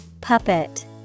Puppet